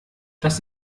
das